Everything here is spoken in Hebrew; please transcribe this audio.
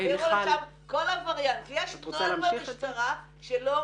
יש כלל במשטרה שלא מבוצע.